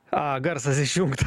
garsas išjungt